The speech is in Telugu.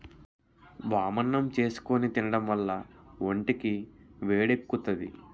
వామన్నం చేసుకుని తినడం వల్ల ఒంటికి వేడెక్కుతాది